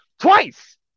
twice